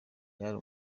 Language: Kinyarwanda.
byari